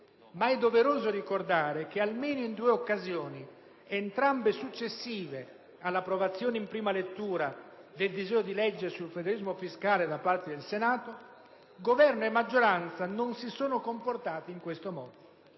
È doveroso ricordare che in almeno due occasioni, entrambe successive all'approvazione in prima lettura del disegno di legge sul federalismo fiscale da parte del Senato, Governo e maggioranza non si sono comportati in questo modo.